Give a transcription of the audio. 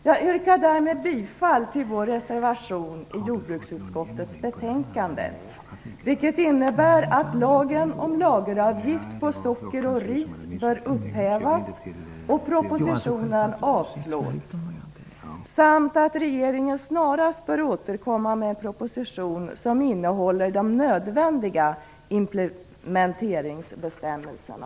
Jag yrkar därmed bifall till vår reservation till jordbruksutskottets betänkande, vilket innebär att lagen om lageravgift på socker och ris bör upphävas och propositionen avslås samt att regeringen snarast bör återkomma med en proposition som innehåller de nödvändiga implementeringsbestämmelserna.